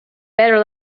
better